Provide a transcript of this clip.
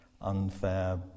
unfair